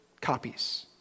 copies